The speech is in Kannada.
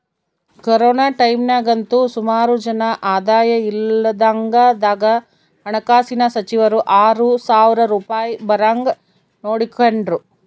ಕೊರೋನ ಟೈಮ್ನಾಗಂತೂ ಸುಮಾರು ಜನ ಆದಾಯ ಇಲ್ದಂಗಾದಾಗ ಹಣಕಾಸಿನ ಸಚಿವರು ಆರು ಸಾವ್ರ ರೂಪಾಯ್ ಬರಂಗ್ ನೋಡಿಕೆಂಡ್ರು